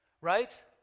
Right